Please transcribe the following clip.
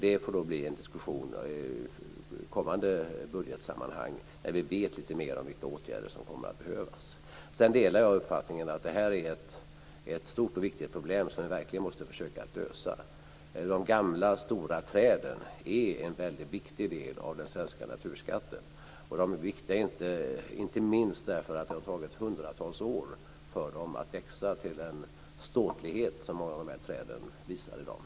Det får bli en diskussion i kommande budgetsammanhang, när vi vet lite mer om vilka åtgärder om kommer att behövas. Jag delar uppfattningen att det här ett stort och viktigt problem som vi verkligen måste försöka lösa. De gamla, stora träden är en väldigt viktig del av den svenska naturskatten. De är inte minst viktiga eftersom det har tagit hundratals år för dem att växa till den ståtlighet som många av dem uppvisar i dag.